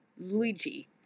Luigi